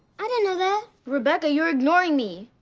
i didn't know that. rebecca you're ignoring me.